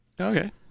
Okay